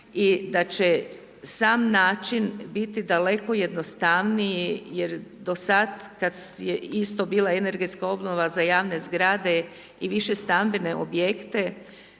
i da će sam način biti daleko jednostavniji jer do sad kad je isto bila energetska obnova za javne zgrade i više stambene objekte,